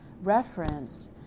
reference